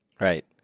right